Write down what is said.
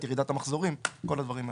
את ירידת המחזורים וכל הדברים האלה.